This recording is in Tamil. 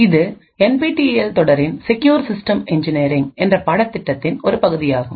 இது என்பிடிஇஎல் தொடரின் செக்யூர் சிஸ்டம்ஸ் இன்ஜினியரிங்என்ற பாடத் திட்டத்தின் ஒரு பகுதியாகும்